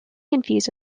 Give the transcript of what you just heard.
confused